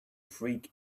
freak